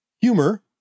humor